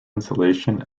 installation